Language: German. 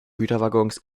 güterwaggons